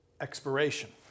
expiration